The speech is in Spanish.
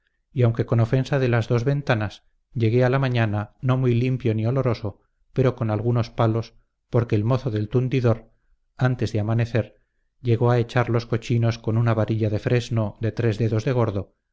y aunque con ofensa de las dos ventanas llegué a la mañana no muy limpio ni oloroso pero con algunos palos porque el mozo del tundidor antes de amanecer llegó a echar los cochinos con una varilla de fresno de tres dedos de gordo